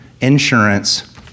insurance